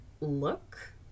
look